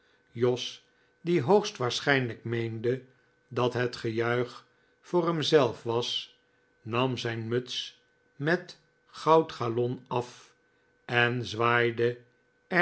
jos die hoogstwaarschijnlijk meende dat het gejuich voor hemzelf was nam zijn muts met goudgalon af en zwaaide